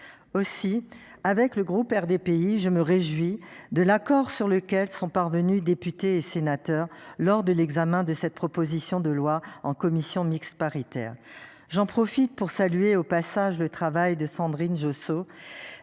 Aussi avec le groupe RDPI je me réjouis de l'accord sur lequel sont parvenus, députés et sénateurs lors de l'examen de cette proposition de loi en commission mixte paritaire. J'en profite pour saluer au passage le travail de Sandrine Josso,